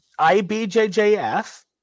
IBJJF